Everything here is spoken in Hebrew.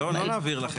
לא, לא 'נעביר לכם'.